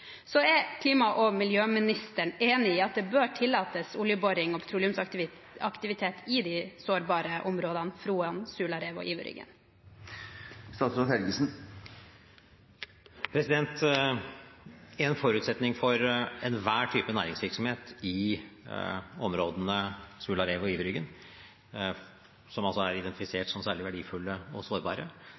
miljøministeren enig i at det bør tillates oljeboring og petroleumsaktivitet i de sårbare områdene Froan, Sularevet og Iverryggen? En forutsetning for enhver type næringsvirksomhet i områdene Sularevet og Iverryggen, som er identifisert som særlig verdifulle og sårbare,